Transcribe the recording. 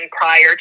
prior